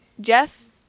Jeff